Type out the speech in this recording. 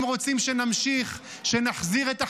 הם רוצים שנמשיך, שנחזיר את החטופים,